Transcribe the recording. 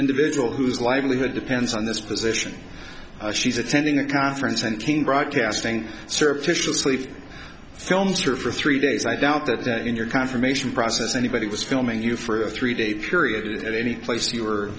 individual whose livelihood depends on this position she's attending a conference and king broadcasting service fish and slave films here for three days i doubt that that in your confirmation process anybody was filming you for a three day period at any place you were